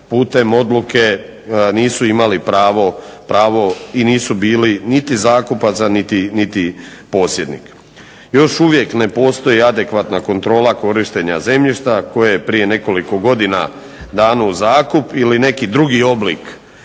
putem odluke nisu imali pravo i nisu bili niti zakupac, a niti posjednik. Još uvijek ne postoji adekvatna kontrola korištenja zemljišta koje je prije nekoliko godina dano u zakup ili neki drugi oblik